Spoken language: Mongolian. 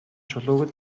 чулууг